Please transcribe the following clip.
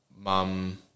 Mum